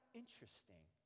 interesting